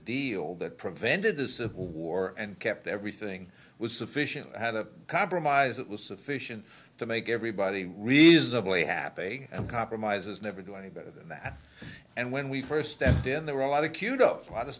deal that prevented the civil war and kept everything was sufficient had a compromise that was sufficient to make everybody reasonably happy and compromises never do any better than that and when we first stepped in there were alot of